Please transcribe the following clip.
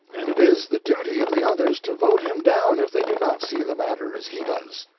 and it is the duty of the others to vote him down if they do not see the matter as he does.